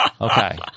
Okay